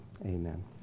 Amen